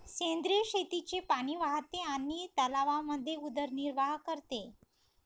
सेंद्रिय शेतीचे पाणी वाहते आणि तलावांमध्ये उदरनिर्वाह करते